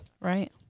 Right